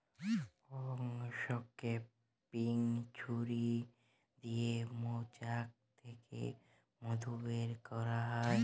uncapping ছুরি দিয়ে মোচাক থ্যাকে মধু ব্যার ক্যারা হয়